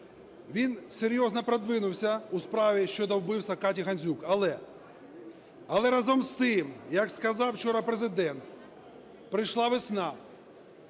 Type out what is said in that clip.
він серйозно продвинувся у справі щодо вбивства Каті Гандзюк. Але, разом з тим, як сказав вчора Президент, прийшла весна,